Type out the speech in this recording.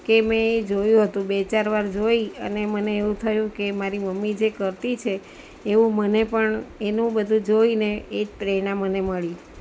કે મેં એ જોયું હતું બે ચાર વાર જોઈ અને મને એવું થયું કે મારી મમ્મી જે કરતી છે એવું મને પણ એનું બધુ જોઈને એ જ પ્રેરણા મને મળી